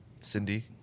Cindy